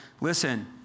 listen